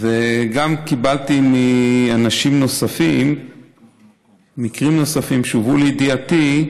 וגם קיבלתי מאנשים נוספים מקרים נוספים שהובאו לידיעתי.